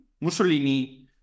Mussolini